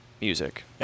music